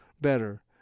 better